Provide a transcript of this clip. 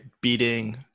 beating